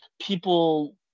people